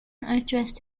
addressed